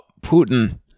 Putin